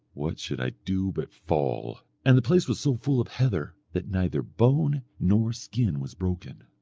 what should i do but fall and the place was so full of heather, that neither bone nor skin was broken.